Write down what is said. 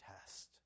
test